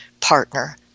partner